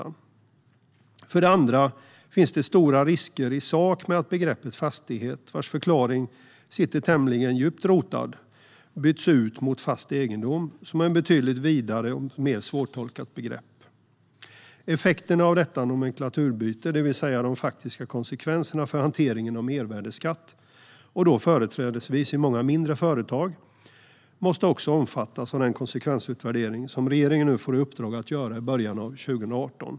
Ny definition av fastighetsbegreppet i mervärdesskattelagen För det andra finns det stora risker i sak med att begreppet fastighet, vars förklaring sitter tämligen djupt rotad, byts ut mot fast egendom som är ett betydligt vidare och mer svårtolkat begrepp. Effekterna av detta nomenklaturbyte, det vill säga de faktiska konsekvenserna av hanteringen av mervärdesskatt företrädesvis i många mindre företag, måste också omfattas av den konsekvensutvärdering som regeringen nu får i uppdrag att göra i början av 2018.